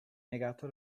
negato